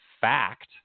fact